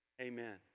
Amen